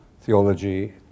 theology